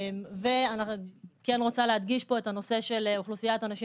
אני כן רוצה להדגיש פה את הנושא של אוכלוסיית הנשים